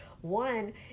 One